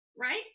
right